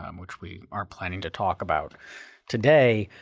um which we aren't planning to talk about today,